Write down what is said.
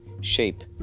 Shape